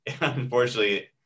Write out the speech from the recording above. unfortunately